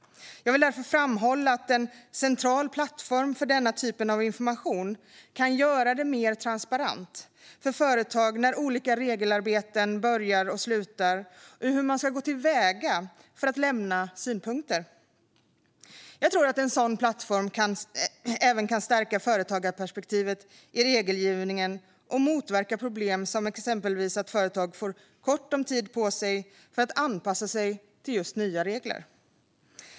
Jag vill därför framhålla att en central plattform för denna typ av information kan göra det mer transparent för företag när olika regelarbeten börjar och slutar och hur man kan gå till väga för att lämna synpunkter. Jag tror att en sådan plattform även kan stärka företagarperspektivet i regelgivningen och motverka problem som exempelvis att företag får kort om tid för att anpassa sig till nya regler.